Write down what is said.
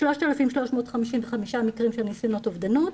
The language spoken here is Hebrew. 3,355 מקרים של ניסיונות אובדנות,